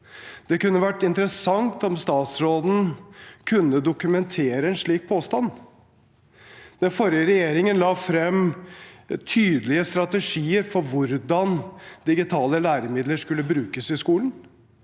Det kunne vært interessant om statsråden kunne dokumentere en slik påstand. Den forrige regjeringen la frem tydelige strategier for hvordan digitale læremidler skulle brukes i skolen.